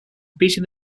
beating